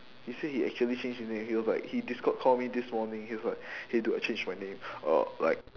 he said he actually changed his name he was like he discord call me this morning he was like hey dude I changed my name uh like